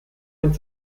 mit